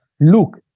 look